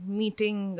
meeting